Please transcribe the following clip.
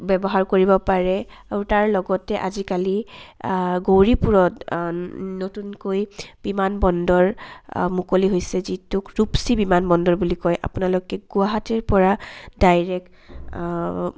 ব্যৱহাৰ কৰিব পাৰে আৰু তাৰ লগতে আজিকালি গৌৰীপুৰত নতুনকৈ বিমানবন্দৰ মুকলি হৈছে যিটোক ৰূপসী বিমানবন্দৰ বুলি কয় আপোনালোকে গুৱাহাটীৰ পৰা ডাইৰেক্ট